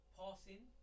passing